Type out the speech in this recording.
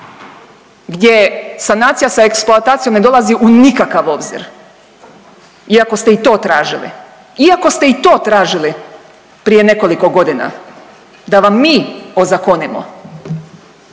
gdje sanacija sa eksploatacijom ne dolazi u nikakav obzir iako ste i to tražili, iako ste i to tražili prije nekoliko godina da vam mi ozakonimo.